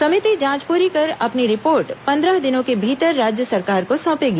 समिति जांच प्ररी कर अपनी रिपोर्ट पंद्रह दिनों के भीतर राज्य सरकार को सौंपेगी